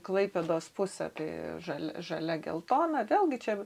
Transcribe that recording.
klaipėdos pusė tai žalia žalia geltona vėlgi čia